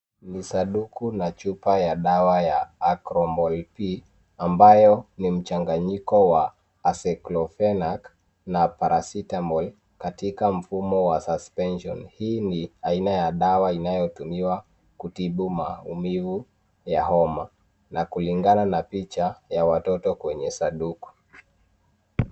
Ni sanduku na chupa ya dawa ya Acromol-P, ambayo ni mchanganyiko wa Aceclofenac na Paracetamol katika mfumo wa Suspension . Hii ni aina ya dawa inayotuiwa kutibu maumivu ya homa, na kulingana na picha ya watoto kwenye sanduku.